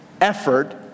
effort